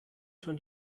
schon